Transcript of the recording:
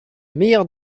meilleure